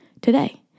today